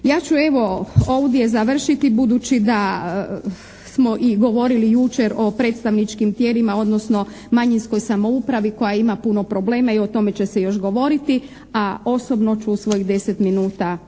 Ja ću evo ovdje završiti budući da smo i govorili jučer o predstavničkim tijelima odnosno manjinskoj samoupravi koja ima puno problema i o tome će se još govoriti a osobno ću svojih deset minuta